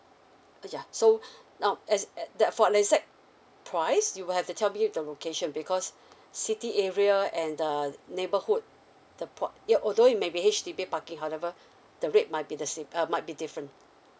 ya so now as there for the exact price you will have to tell me the location because city area and err neighbourhood the pri~ your although it maybe H_D_B parking however the rate might be the same err might be different